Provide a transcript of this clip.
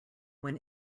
when